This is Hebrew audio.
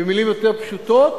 במלים יותר פשוטות